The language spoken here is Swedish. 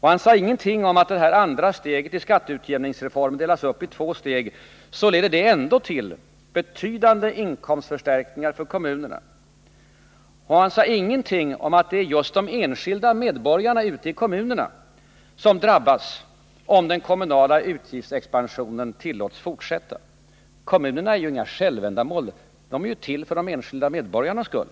Han sade ingenting om att ifall det här andra steget i skatteutjämningsreformen delas upp i två steg, så leder det ändå till betydande inkomstförstärkningar för kommunerna. Han sade ingenting om att det är just de enskilda medborgarna ute i kommunerna som drabbas om den kommunala utgiftsexpansionen tillåts fortsätta. Kommunerna är ju inga självändamål — de är till för de enskilda medborgarnas skull.